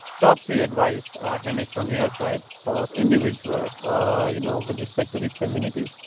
top three advice hemish from your side. for individual you know with respect to the community.